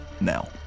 now